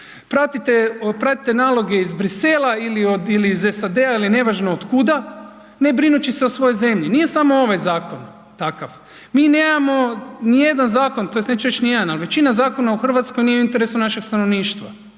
Pratite naloge iz Bruxellesa ili iz SAD-a ili ne važno od kuda ne brinući se o svojoj zemlji. Nije samo ovaj zakon takav. Mi nemamo nijedan zakon tj. neću reći nijedan, ali većina zakona u Hrvatskoj nije u interesu našeg stanovništva,